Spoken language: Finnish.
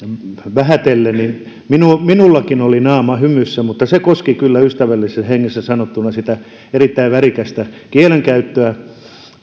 vähätellen että minullakin oli naama hymyssä mutta se koski kyllä ystävällisessä hengessä sanottuna sitä erittäin värikästä kielenkäyttöä